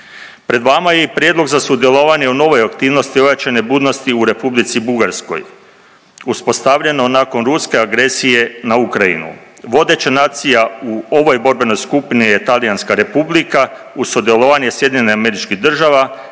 Pred vama je i prijedlog za sudjelovanje u novoj aktivnosti ojačane budnosti u Republici Bugarskoj uspostavljeno nakon ruske agresije na Ukrajinu. Vodeća nacija u ovoj borbenoj skupini je Talijanska Republika uz sudjelovanje SAD-a, Helenske